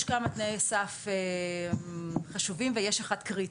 יש כמה תנאי סף חשובים ויש אחד קריטי.